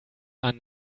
are